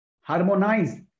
harmonize